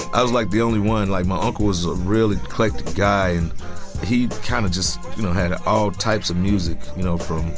i was like the only one like my uncle was really clicked guy and he kind of just you know had all types of music you know from.